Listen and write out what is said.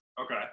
Okay